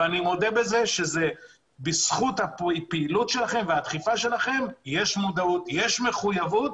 אני מודה שבזכות הדחיפה והפעילות שלכן יש מודעות ומחויבות,